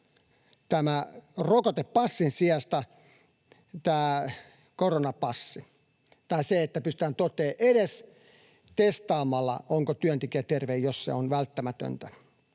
että rokotepassin sijasta olisi olemassa tämä koronapassi tai että pystyttäisiin toteamaan edes testaamalla, onko työntekijä terve, jos se on välttämätöntä.